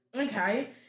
Okay